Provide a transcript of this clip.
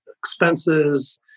expenses